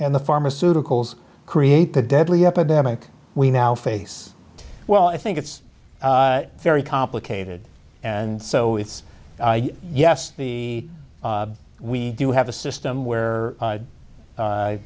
and the pharmaceuticals create the deadly epidemic we now face well i think it's very complicated and so it's yes the we do have a system where